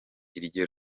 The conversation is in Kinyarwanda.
iryo